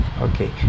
Okay